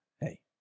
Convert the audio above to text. hey